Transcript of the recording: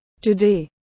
Today